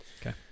Okay